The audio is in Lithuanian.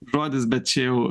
žodis bet čia jau